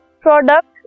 product